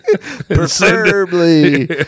Preferably